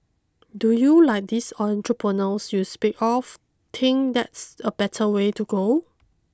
do you like these entrepreneurs you speak of think that's a better way to go